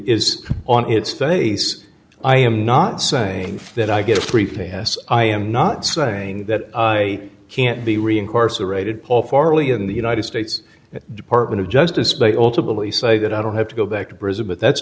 is on its face i am not saying that i get three p s i am not saying that i can't be reincorporated paul farley in the united states department of justice may ultimately say that i don't have to go back to prison but that's